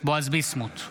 בועז ביסמוט,